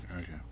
Okay